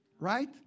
Right